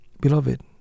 beloved